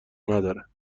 ندارن